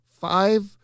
Five